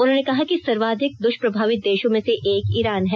उन्होंने कहा कि सर्वाधिक दुष्प्रभावित देशों में से एक ईरान है